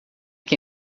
que